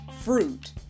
fruit